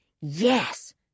Yes